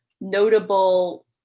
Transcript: notable